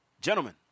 gentlemen